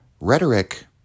Rhetoric